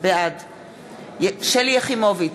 בעד שלי יחימוביץ,